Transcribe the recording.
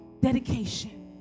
dedication